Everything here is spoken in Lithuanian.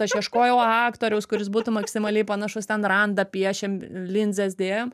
aš ieškojau aktoriaus kuris būtų maksimaliai panašus ten randą piešėm linzes dėjo